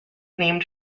named